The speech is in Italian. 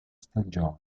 stagione